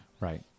Right